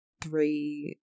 three